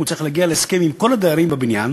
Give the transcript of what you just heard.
צריך להגיע להסכם עם כל הדיירים בבניין